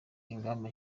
ingamba